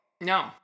No